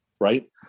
Right